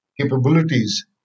capabilities